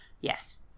Yes